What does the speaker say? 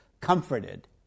comforted